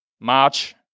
March